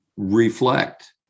reflect